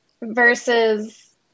versus